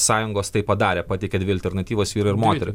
sąjungos tai padarė pateikė dvi alternatyvas vyrą ir moterį